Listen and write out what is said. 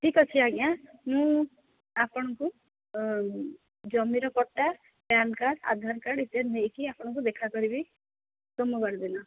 ଠିକ୍ ଅଛି ଆଜ୍ଞା ମୁଁ ଆପଣଙ୍କୁ ଜମିର ପଟ୍ଟା ପ୍ୟାନ୍ କାର୍ଡ଼ ଆଧାର କାର୍ଡ଼ ଇତ୍ୟାଦି ନେଇକି ଆପଣଙ୍କୁ ଦେଖା କରିବି ସୋମବାର ଦିନ